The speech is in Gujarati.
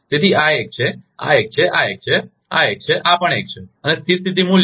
તેથી આ એક છે આ એક છે આ એક છે આ એક છે આ પણ એક છે અને સ્થિર સ્થિતી મૂલ્ય